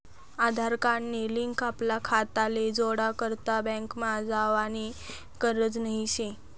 आधार card नी link आपला खाताले जोडा करता बँकमा जावानी गरज नही शे